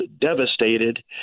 devastated